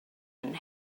man